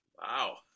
Wow